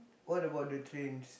what about the trains